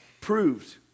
proved